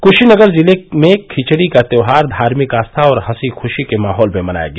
कुशीनगर जिले में खिचड़ी का त्यौहार धार्मिक आस्था और हंसी खुशी के माहौल में मनाया गया